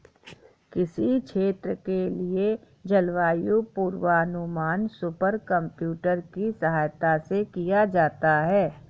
किसी क्षेत्र के लिए जलवायु पूर्वानुमान सुपर कंप्यूटर की सहायता से किया जाता है